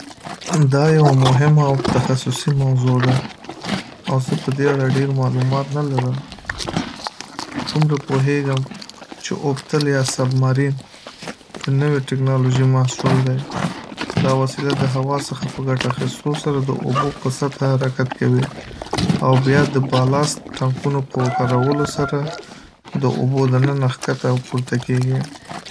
دا یوه مهمه او تخصصي موضوع ده، او زه په دې اړه ډېر معلومات نه لرم. خو دومره پوهیږم چې اوبتل یا سب مارین د نوې ټکنالوژۍ محصول دی. دا وسیله د هوا څخه په ګټه اخیستو سره د اوبو په سطحه حرکت کوي او بیا د بالاست ټانکونو په کارولو سره د اوبو دننه ښکته او پورته کیږی.